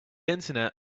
internet